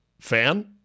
fan